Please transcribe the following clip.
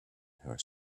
her